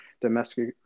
domestic